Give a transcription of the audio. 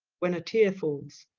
when a teare falls,